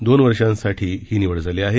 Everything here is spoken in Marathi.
दोन वर्षांसाठी ही निवड झाली आहे